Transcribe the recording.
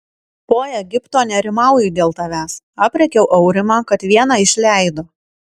po egipto nerimauju dėl tavęs aprėkiau aurimą kad vieną išleido